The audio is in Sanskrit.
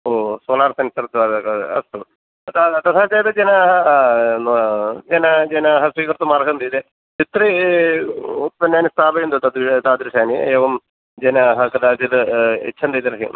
ओ सोलार् सेन्सर्स् अस्तु तदा तथा चेत् जनाः जनाः जनाः स्वीकर्तुम् अर्हन्ति ते द्वित्रि उत्पन्नानि स्थापयन्तु तद् तादृशानि एवं जनाः कदाचित् इच्छन्ति तर्हि